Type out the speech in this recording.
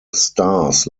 stars